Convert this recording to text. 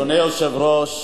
אדוני היושב-ראש,